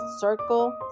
circle